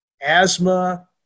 asthma